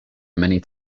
many